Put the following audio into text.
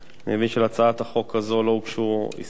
אני מבין שלהצעת החוק הזאת לא הוגשו הסתייגויות.